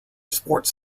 sports